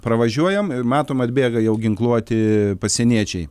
pravažiuojam ir matom atbėga jau ginkluoti pasieniečiai